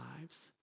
lives